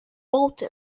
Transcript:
bolton